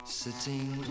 sitting